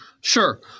Sure